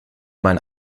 mein